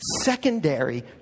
secondary